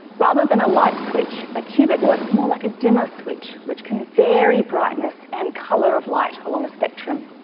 rather than a light switch, a cubit works more like a dimmer switch which can vary brightness and colour of light along a spectrum.